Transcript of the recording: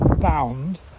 bound